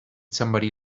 somebody